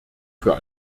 für